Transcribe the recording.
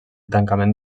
tancament